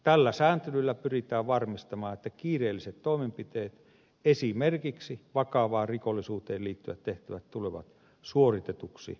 tällä sääntelyllä pyritään varmistamaan että kiireelliset toimenpiteet esimerkiksi vakavaan rikollisuuteen liittyvät tehtävät tulevat suoritetuiksi mahdollisimman nopeasti